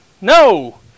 No